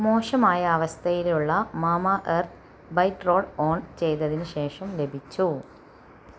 മോശമായ അവസ്ഥയിലുള്ള Mamaearth ബൈറ്റ് റോൾ ഓൺ ചെയ്തതിന് ശേഷം ലഭിച്ചു